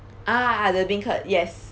ah the bean curd yes